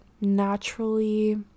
naturally